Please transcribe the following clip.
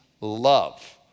love